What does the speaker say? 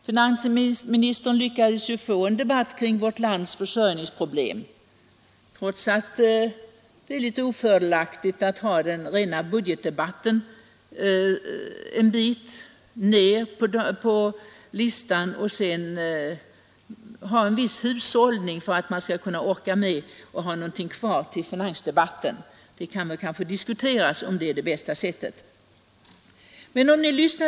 Finansministern lyckades ju få en debatt kring vårt lands försörjningsproblem, trots att det är litet ofördelaktigt att ha den rena budgetdebatten en bit ned på listan och sedan tillämpa en viss hushållning för att man skall kunna orka med och ha någonting kvar till finansdebatten. Det kan kanske diskuteras om det är det bästa sättet.